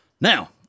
Now